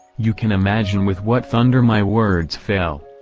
you can imagine with what thunder my words fell.